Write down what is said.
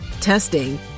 testing